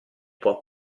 può